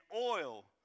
oil